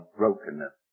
brokenness